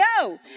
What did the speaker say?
go